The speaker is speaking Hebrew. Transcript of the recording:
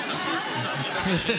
תסביר למה אתם לא,